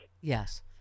Yes